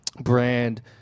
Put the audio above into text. brand